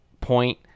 point